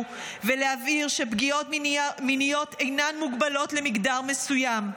ולהבהיר שפגיעות מיניות אינן מוגבלות למגדר מסוים.